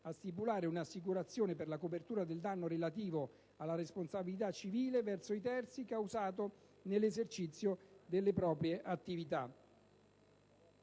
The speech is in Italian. a stipulare un'assicurazione per la copertura del danno relativo alla responsabilità civile verso i terzi causato nell'esercizio delle proprie attività.